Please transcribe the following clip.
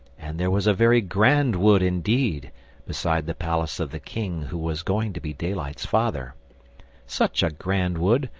and there was a very grand wood indeed beside the palace of the king who was going to be daylight's father such a grand wood,